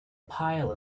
pile